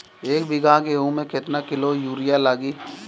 एक बीगहा गेहूं में केतना किलो युरिया लागी?